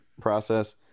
process